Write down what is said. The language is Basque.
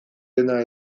dena